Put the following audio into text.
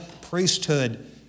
priesthood